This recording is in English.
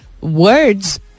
words